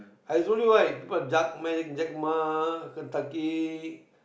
I'll show you why people like Jack-Ma Kentucky